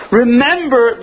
remember